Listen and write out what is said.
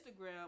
instagram